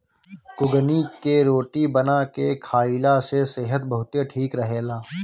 कुगनी के रोटी बना के खाईला से सेहत बहुते ठीक रहेला